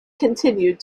continued